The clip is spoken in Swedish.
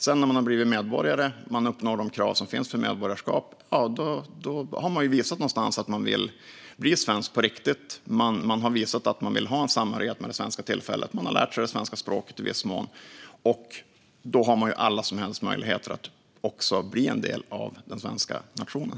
Sedan när man har blivit medborgare och uppnår de krav som finns för medborgarskap har man visat att man vill bli svensk på riktigt. Man har visat att man vill ha en samhörighet med det svenska samhället, och man har lärt sig det svenska språket i viss mån. Då har man alla möjligheter att bli en del av den svenska nationen.